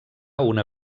una